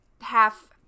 half